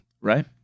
Right